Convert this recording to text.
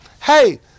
hey